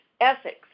ethics